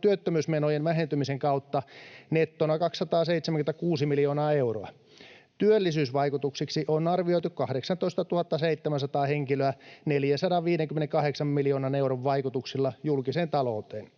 työttömyysmenojen vähentymisen kautta, nettona 276 miljoonaa euroa. Työllisyysvaikutukseksi on arvioitu 18 700 henkilöä 458 miljoonan euron vaikutuksilla julkiseen talouteen.